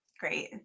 Great